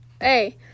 Hey